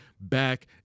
back